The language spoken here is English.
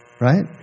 Right